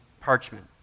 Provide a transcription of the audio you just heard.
parchment